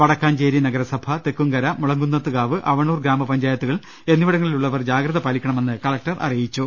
വടക്കാഞ്ചേരി നഗരസഭ തെക്കുംകര മുളംകുന്നത്ത്കാവ് അവണൂർ ഗ്രാമപഞ്ചായത്തുകൾ എന്നിവിടങ്ങളിലുള്ളവർ ജാഗ്രത പാലിക്കണമെന്ന് കലക്ടർ അറിയിച്ചു